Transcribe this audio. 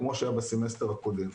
כמו שהיה בסמסטר הקודם.